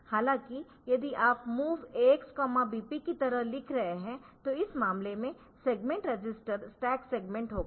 हालांकि यदि आप MOV AX BP की तरह लिख रहे है तो इस मामले में सेगमेंट रजिस्टर स्टैक सेगमेंट होगा